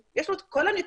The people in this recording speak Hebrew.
יש לנו את כל הנתונים,